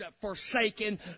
forsaken